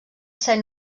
ser